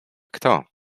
kto